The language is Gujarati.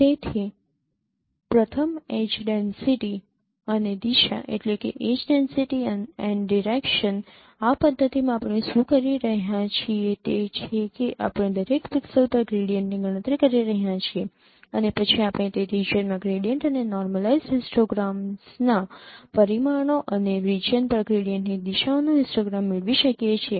તેથી પ્રથમ એડ્જ ડેન્સિટી અને દિશા આ પદ્ધતિમાં આપણે શું કરી રહ્યા છીએ તે છે કે આપણે દરેક પિક્સેલ પર ગ્રેડિયન્ટની ગણતરી કરી રહ્યા છીએ અને પછી આપણે તે રિજિયનમાં ગ્રેડિયન્ટ અને નોર્મલાઈજ્ડ હિસ્ટોગ્રામ્સના પરિમાણો અને રિજિયન પર ગ્રેડિયન્ટની દિશાઓનો હિસ્ટોગ્રામ મેળવી શકીએ છીએ